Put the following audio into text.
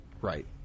Right